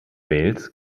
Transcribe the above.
wales